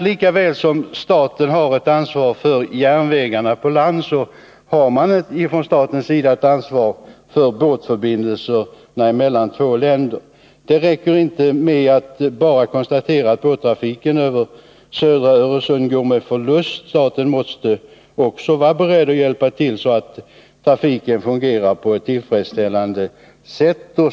Lika väl som staten har ett ansvar för våra järnvägar på land, har staten ett ansvar för båtförbindelserna mellan två länder. Det räcker inte med att bara konstatera att båttrafiken över södra Öresund går med förlust. Staten måste också vara beredd att hjälpa till, så att trafiken fungerar på ett tillfredsställande sätt.